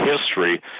history